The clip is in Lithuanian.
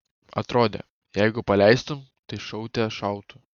atrodė jeigu paleistum tai šaute šautų